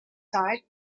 side